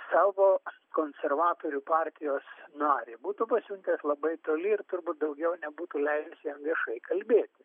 savo konservatorių partijos narį būtų pasiuntęs labai toli ir turbūt daugiau nebūtų leidęs jam viešai kalbėti